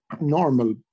normal